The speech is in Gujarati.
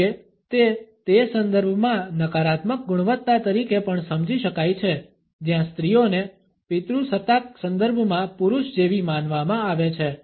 જો કે તે તે સંદર્ભમાં નકારાત્મક ગુણવત્તા તરીકે પણ સમજી શકાય છે જ્યાં સ્ત્રીઓને પિતૃસત્તાક સંદર્ભમાં પુરુષ જેવી માનવામાં આવે છે